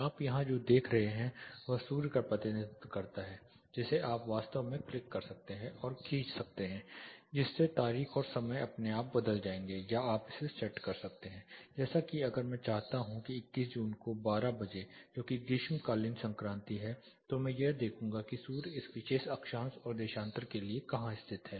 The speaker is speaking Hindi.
आप यहां जो देख रहे हैं वह सूर्य का प्रतिनिधित्व करता है जिसे आप वास्तव में क्लिक कर सकते हैं और खींच सकते हैं जिससे तारीख और समय अपने आप बदल जाएंगे या आप इसे सेट कर सकते हैं जैसा कि अगर मैं चाहता हूं कि 21 जून को 12 बजे जोकि ग्रीष्मकालीन संक्रांति में है तो मैं यह देखूंगा कि सूर्य इस विशेष अक्षांश और देशांतर के लिए कहां स्थित है